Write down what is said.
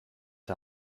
der